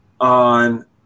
on